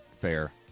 fair